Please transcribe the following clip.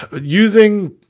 using